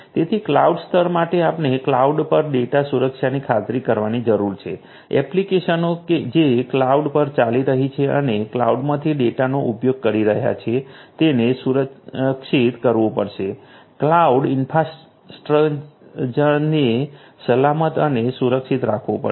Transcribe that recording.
તેથી ક્લાઉડ સ્તર માટે તમારે ક્લાઉડ પર ડેટા સુરક્ષાની ખાતરી કરવાની જરૂર છે એપ્લિકેશનો જે કલાઉડ પર ચાલી રહી છે અને કલાઉડમાંથી ડેટાનો ઉપયોગ કરી રહ્યા છે તેને સુરક્ષિત કરવું પડશે ક્લાઉડ ઇન્ફ્રાસ્ટ્રક્ચરનેજ સલામત અને સુરક્ષિત રાખવું પડશે